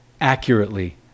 accurately